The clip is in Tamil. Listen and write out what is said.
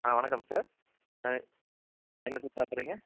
ஆ வணக்கம் சார் என்ன சார் சாப்பிட்றீங்க